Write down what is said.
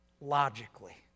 logically